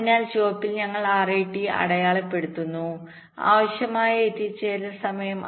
അതിനാൽ ചുവപ്പിൽ ഞങ്ങൾ RAT അടയാളപ്പെടുത്തുന്നു ആവശ്യമായ എത്തിച്ചേരൽ സമയം